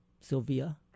Sylvia